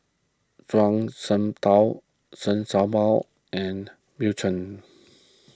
Zhuang Shengtao Chen Show Mao and Bill Chen